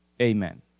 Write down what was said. amen